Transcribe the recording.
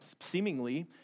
Seemingly